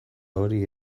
hori